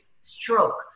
stroke